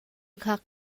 hngak